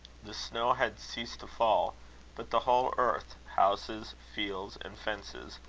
the snow had ceased to fall but the whole earth, houses, fields, and fences,